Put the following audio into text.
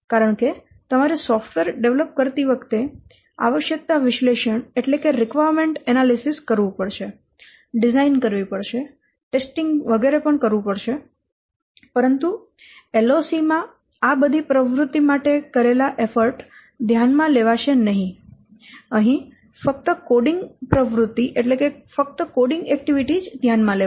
કારણકે તમારે software develop કરતી વખતે આવશ્યકતા વિશ્લેષણ કરવું પડશે ડિઝાઇન કરવી પડશે ટેસ્ટીંગ વગેરે કરવું પડશે પરંતુ LOC માં આ બધી પ્રવૃત્તિ માટે કરેલા એફર્ટ ધ્યાનમાં લેવાશે નહીં અહીં ફક્ત કોડિંગ પ્રવૃત્તિ જ ધ્યાનમાં લેવાશે